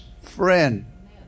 friend